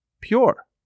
pure